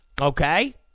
Okay